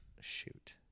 shoot